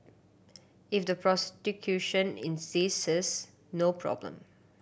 if the prosecution insists no problem